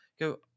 Go